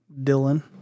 Dylan